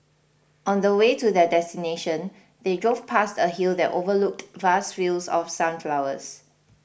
on the way to their destination they drove past a hill that overlooked vast fields of sunflowers